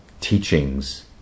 teachings